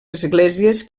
esglésies